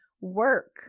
work